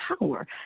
power